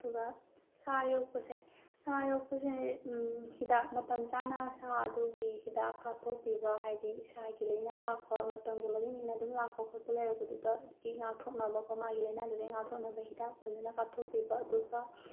ꯑꯗꯨꯒ ꯁꯥ ꯌꯣꯛꯄꯁꯦ ꯁꯥ ꯌꯣꯛꯁꯤꯅ ꯍꯤꯗꯥꯛ ꯃꯇꯝ ꯆꯥꯅ ꯁꯥ ꯑꯗꯨꯒꯤ ꯍꯤꯗꯥꯛ ꯀꯥꯞꯊꯣꯛꯄꯤꯕ ꯍꯥꯏꯗꯤ ꯁꯥꯒꯤ ꯂꯥꯏꯅꯥ ꯂꯥꯛꯄ ꯃꯇꯝꯒꯤ ꯃꯇꯨꯡ ꯏꯟꯅ ꯑꯗꯨꯝ ꯂꯥꯛꯄ ꯈꯣꯠꯄ ꯂꯩꯔꯛꯄꯗꯨꯗ ꯑꯗꯨꯒꯤ ꯉꯥꯛꯊꯣꯛꯅꯕꯀꯣ ꯃꯥꯒꯤ ꯂꯥꯏꯅꯗꯨꯗꯒꯤ ꯉꯥꯛꯊꯣꯛꯅꯕ ꯍꯤꯗꯥꯛ ꯐꯖꯅ ꯀꯥꯞꯊꯣꯛꯄꯤꯕ ꯑꯗꯨꯒ